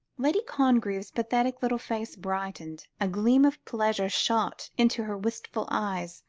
lady congreve's pathetic little face brightened, a gleam of pleasure shot into her wistful eyes.